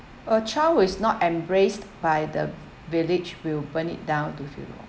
a child who is not embraced by the village will burn it down to feel